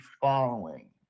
following